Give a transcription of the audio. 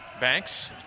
Banks